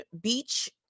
Beach